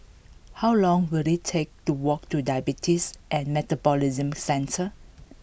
how long will it take to walk to Diabetes and Metabolism Centre